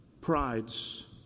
Pride's